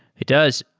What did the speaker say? it does.